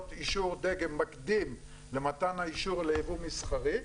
אישור דגם מקדים למתן האישור לייבוא מסחרי,